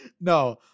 No